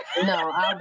No